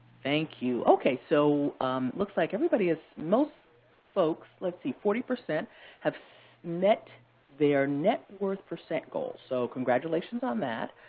thank you. okay, so looks like everybody is most folks let's see, forty percent have met their net worth percent goal, so congratulations on that.